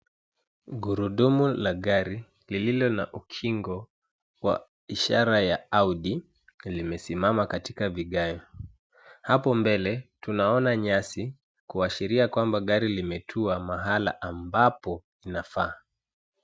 Gurudumu la gari lililo na ukingo wa ishara ya Audi limesimama katika vigae. Hapo mbele tunaona nyasi, kuashiria kuwa gari limetua mahala ambapo linafaa.